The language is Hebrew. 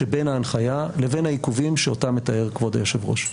שבין ההנחיה לבין העיכובים שאותם מתאר כבוד היושב-ראש.